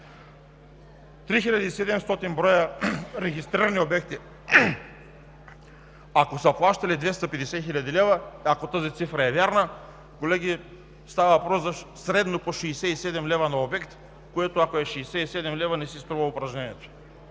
броя регистрирани обекти, ако са плащали 250 хил. лв., ако тази цифра е вярна, колеги, става въпрос за средно по 67 лв. на обект, което, ако е 67 лв., не си струва упражнението.